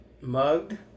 mugged